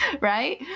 Right